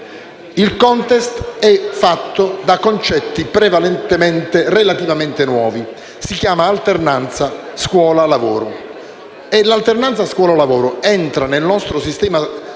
Il *contest* è fatto da concetti relativamente nuovi: si chiama alternanza scuola-lavoro. E l'alternanza scuola-lavoro entra nel nostro sistema